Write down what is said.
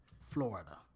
Florida